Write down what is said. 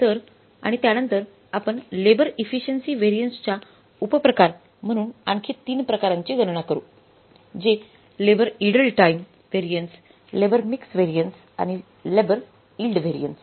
तर आणि त्यानंतर आपण लेबर इफिशिएंसि व्हॅरियन्सच्या उपप्रकार म्हणून आणखी 3 प्रकारांची गणना करू जेलेबर idle time variance labour mix variance व लेबर इल्ड व्हॅरियन्स